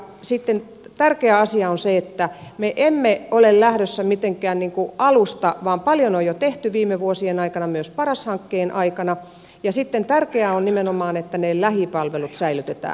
sitten tärkeä asia on se että me emme ole lähdössä mitenkään niin kuin alusta vaan paljon on jo tehty viime vuosien aikana myös paras hankkeen aikana ja sitten tärkeää on nimenomaan että ne lähipalvelut säilytetään